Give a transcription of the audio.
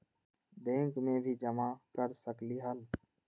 Bank में भी जमा कर सकलीहल?